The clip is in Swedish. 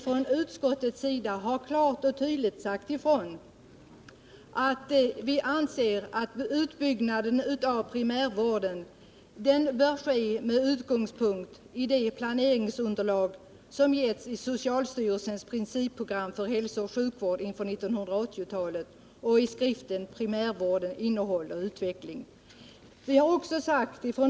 Från utskottet har vi klart och tydligt sagt att utbyggnaden av primärvården bör ske med utgångspunkt i det planeringsunderlag som finns angivet i socialstyrelsens principprogram för hälsooch sjukvård inför 1980-talet samt i skriften Primärvården — innehåll och utveckling.